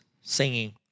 singing